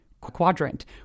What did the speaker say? quadrant